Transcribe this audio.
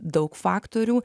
daug faktorių